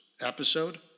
episode